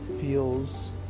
feels